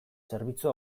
zerbitzu